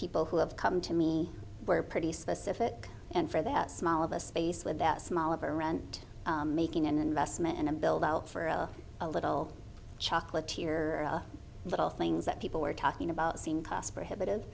people who have come to me were pretty specific and for that small of a space with that small of a rent making an investment in a build out for a little chocolatier little things that people were talking about seem cost prohibitive